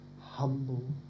humble